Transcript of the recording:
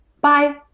Bye